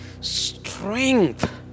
strength